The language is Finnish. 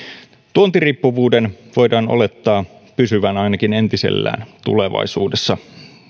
tuontiriippuvuuden voidaan olettaa pysyvän ainakin entisellään tulevaisuudessa